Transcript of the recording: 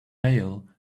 male